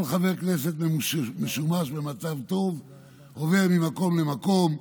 כל חבר כנסת משומש במצב טוב עובר ממקום למקום,